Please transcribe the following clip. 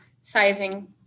sizing